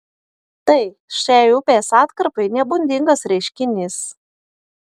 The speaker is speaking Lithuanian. tai šiai upės atkarpai nebūdingas reiškinys